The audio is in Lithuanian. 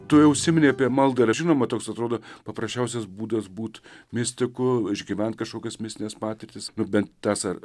tu jau užsiminei apie maldą ir žinoma toks atrodo paprasčiausias būdas būt mistiku išgyvent kažkokias mistines patirtis nu bent tas ar